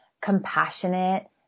compassionate